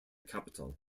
capital